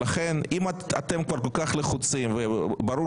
ולכן אם אתם כבר כל כך לחוצים וברור